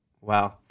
Wow